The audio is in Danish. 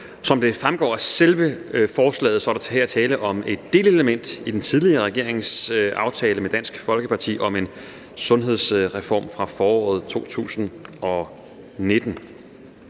Som det fremgår af selve forslaget, er der her tale om et delelement i den tidligere regerings aftale med Dansk Folkeparti om en sundhedsreform fra foråret 2019.